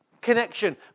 connection